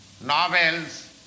novels